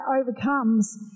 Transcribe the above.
overcomes